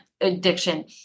addiction